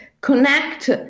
connect